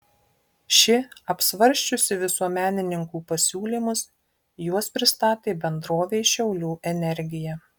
ši apsvarsčiusi visuomenininkų pasiūlymus juos pristatė bendrovei šiaulių energija